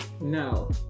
no